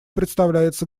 предоставляется